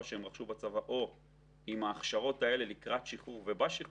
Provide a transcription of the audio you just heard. שהם רכשו בצבא או עם ההכשרות האלה לקראת השחרור ובשחרור,